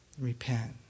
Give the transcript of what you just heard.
Repent